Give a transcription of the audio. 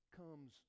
comes